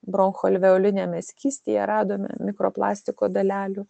bronchoalveoliniame skystyje radome mikroplastiko dalelių